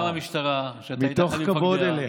גם המשטרה, אדוני סגן שר האוצר, מתוך כבוד אליך,